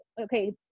okay